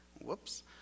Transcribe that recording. whoops